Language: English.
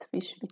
fish